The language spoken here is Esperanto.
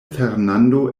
fernando